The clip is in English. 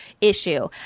issue